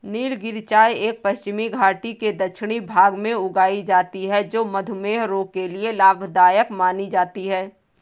नीलगिरी चाय पश्चिमी घाटी के दक्षिणी भाग में उगाई जाती है जो मधुमेह रोग के लिए लाभदायक मानी जाती है